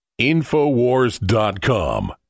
Infowars.com